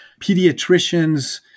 pediatricians